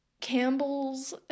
Campbell's